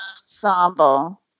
ensemble